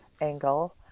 angle